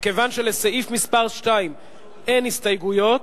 כיוון שלסעיף 2 אין הסתייגויות,